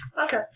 Okay